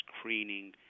screening